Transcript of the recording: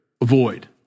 avoid